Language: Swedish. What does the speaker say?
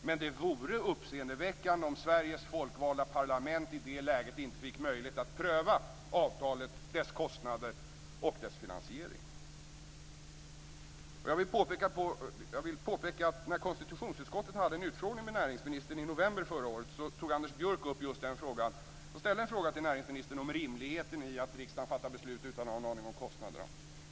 Men det vore uppseendeväckande om Sveriges folkvalda parlament i det läget inte fick möjlighet att pröva avtalet, dess kostnader och dess finansiering. Jag vill påpeka att när konstitutionsutskottet hade en utfrågning med näringsministern i november förra året ställde Anders Björck en fråga om rimligheten i att riksdagen fattar beslut utan att ha en aning om kostnaderna.